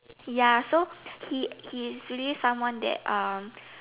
ya so he he is really someone that um